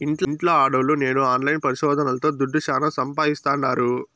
ఇంట్ల ఆడోల్లు నేడు ఆన్లైన్ పరిశోదనల్తో దుడ్డు శానా సంపాయిస్తాండారు